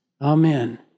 Amen